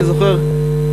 אני זוכר.